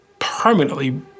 permanently